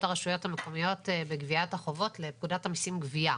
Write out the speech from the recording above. הרשויות המקומיות בגביית החובות לפקודת המיסים (גבייה).